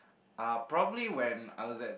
uh probably when I was at